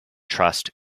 trust